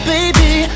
Baby